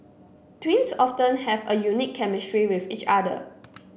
twins often have a unique chemistry with each other